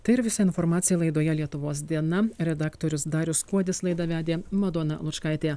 tai ir visa informacija laidoje lietuvos diena redaktorius darius kuodis laidą vedė madona lučkaitė